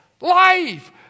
life